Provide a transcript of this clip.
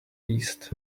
east